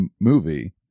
movie